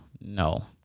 No